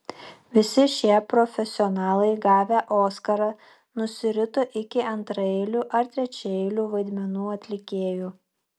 visi šie profesionalai gavę oskarą nusirito iki antraeilių ar trečiaeilių vaidmenų atlikėjų